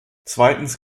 zweitens